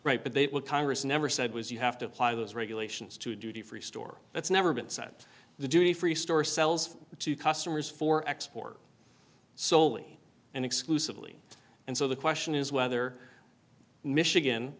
right but they will congress never said was you have to apply those regulations to duty free store that's never been set the duty free store sells to customers for export soli and exclusively and so the question is whether michigan